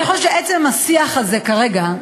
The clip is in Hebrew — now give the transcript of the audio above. אני חושבת שעצם השיח הזה כרגע,